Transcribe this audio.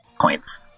points